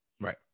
right